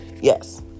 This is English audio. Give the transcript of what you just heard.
yes